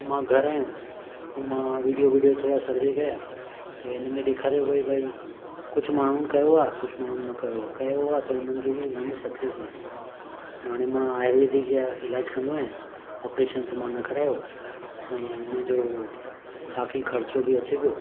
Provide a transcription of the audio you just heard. पोइ मां घरु आयुमि पोइ मां विडियो विडियो थोरा सर्वे कया ते इनमें ॾेखारियो वियो भई कुझु माण्हुनि कयो आहे कुझु माण्हुनि न कयो आहे त उन्हनि खे बि उनमें सक्सेस नाहे त हाणे मां आयुर्वेदिक जा इलाज कंदो आहियां ऑपरेशन त मां न करायो ऐं मुंहिंजो काफ़ी ख़र्चो बि अचे पियो